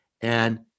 And-